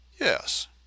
Yes